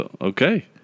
Okay